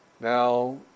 Now